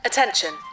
Attention